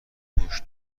موش